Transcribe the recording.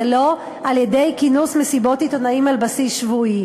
לא כינוס מסיבות עיתונאים על בסיס שבועי.